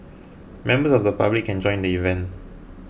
members of the public can join the event